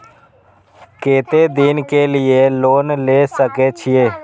केते दिन के लिए लोन ले सके छिए?